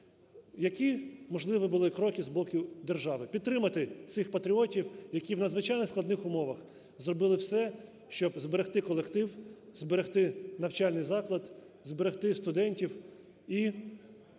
Які можливі були кроки з боку держави? Підтримати цих патріотів, які в надзвичайно складних умовах зробили все, щоб зберегти колектив, зберегти навчальний заклад, зберегти студенті в і